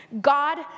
God